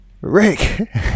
Rick